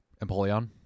Empoleon